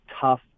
tough